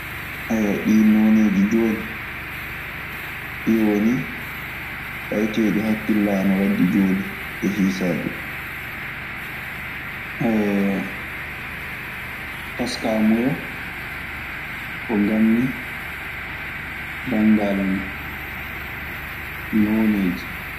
Bulabulawol, oolol e bodewol kanyum e huɗoheccowol. ɗii nooneeji jooni, ɗii woni taweteeɗi hakkille an ana waddi jooni e hiisaade ɗun. Taskaamuya ko ngammi banngal nooneeji.